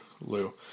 Lou